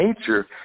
Nature